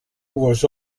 was